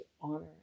honor